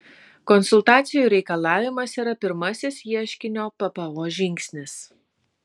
konsultacijų reikalavimas yra pirmasis ieškinio ppo žingsnis